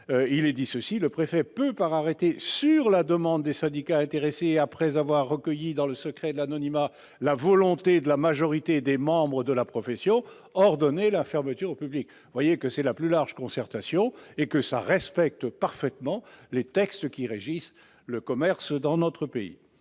prévoit que « le préfet peut, par arrêté, sur la demande des syndicats intéressés et après avoir recueilli, dans le secret de l'anonymat, la volonté de la majorité des membres de la profession, ordonner la fermeture au public ». Une large concertation est donc prévue, qui respecte parfaitement les textes qui régissent le commerce dans notre pays.